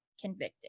convicted